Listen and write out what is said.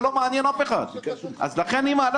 זה לא מעניין אף אחד לכן היא מעלה